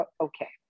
okay